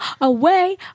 away